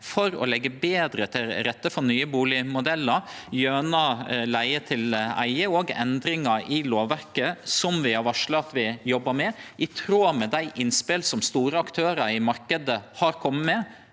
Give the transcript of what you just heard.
for å leggje betre til rette for nye bustadmodellar gjennom leige til eige, og endringar i lovverket, som vi har varsla at vi jobbar med – i tråd med dei innspela som store aktørar i marknaden har kome med.